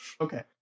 okay